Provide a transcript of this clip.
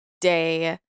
day